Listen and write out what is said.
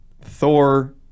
thor